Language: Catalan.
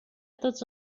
tots